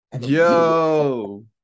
Yo